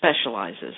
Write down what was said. specializes